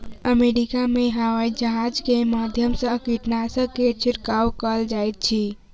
America में हवाईजहाज के माध्यम से कीटनाशक के छिड़काव कयल जाइत अछि